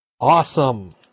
Awesome